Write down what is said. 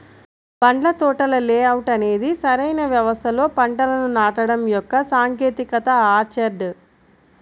పండ్ల తోటల లేఅవుట్ అనేది సరైన వ్యవస్థలో పంటలను నాటడం యొక్క సాంకేతికత ఆర్చర్డ్